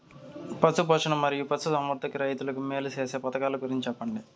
పశు పోషణ మరియు పశు సంవర్థకానికి రైతుకు మేలు సేసే పథకాలు గురించి చెప్పండి?